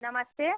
नमस्ते